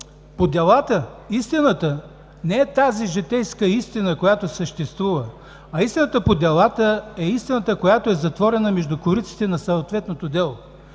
По делата истината не е тази житейска истина, която съществува, а истината по делата е истината, затворена между кориците на съответното дело.